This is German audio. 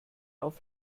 auf